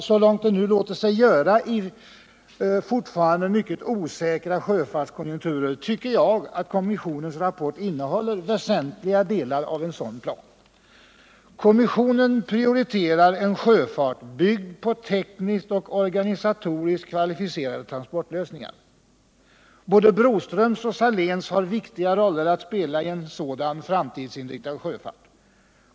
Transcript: Så långt det nu låter sig göra i en fortfarande mycket osäker sjöfartskonjunktur tycker jag att kommissionens rapport innehåller väsentliga delar av en sådan plan. Kommissionen prioriterar en sjöfart byggd på tekniskt och organisatoriskt kvalificerade transportlösningar. Både Broströms och Saléns har viktiga roller att spela i en sådan framtidsinriktad sjöfart.